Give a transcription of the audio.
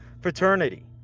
fraternity